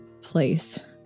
place